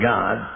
God